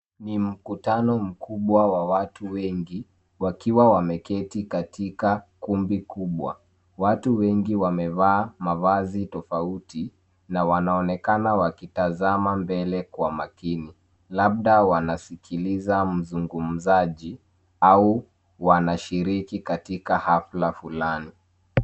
Ni mkutano mkubwa wa watu wengi, wakiwa wameketi katika kumbi kubwa, watu wengi wamevaa mavazi tofauti, na wanaonekana wakitazama mbele kwa makini, labda wanasikiliza mzungumzaji, au wanashiriki katika hafla fulani.